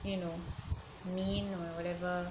you know mean or whatever